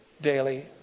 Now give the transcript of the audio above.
daily